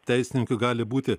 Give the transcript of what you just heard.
teisininkui gali būti